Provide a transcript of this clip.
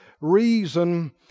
reason